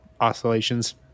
oscillations